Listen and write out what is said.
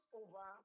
over